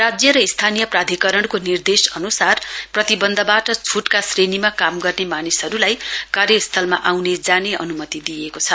राज्य र स्थानीय प्राधिकरणको निर्देश अनुसार प्रतिवन्धबाट छुटका श्रेणीमा काम गर्ने मानिसहरुलाई कार्यस्थलमा आउने जाने अनुमति दिइएको छ